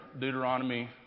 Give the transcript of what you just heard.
Deuteronomy